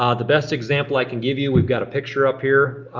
um the best example i can give you, we've got a picture up here,